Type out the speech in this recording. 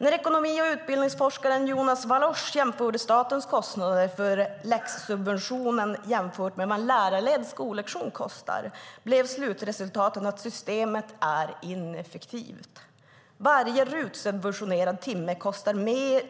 När ekonomi och utbildningsforskaren Jonas Vlachos jämförde statens kostnader för läxsubventionen med en lärarledd skollektion blev slutresultatet att systemet är ineffektivt. Varje RUT-subventionerad timme kostar